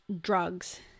drugs